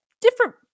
different